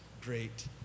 great